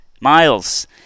Miles